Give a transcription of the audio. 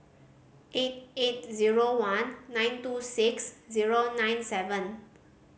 eight eight zero one nine two six zero nine seven